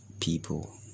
people